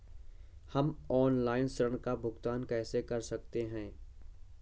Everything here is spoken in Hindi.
हम ऑनलाइन ऋण का भुगतान कैसे कर सकते हैं?